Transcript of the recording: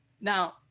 Now